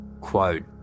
quote